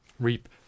Reap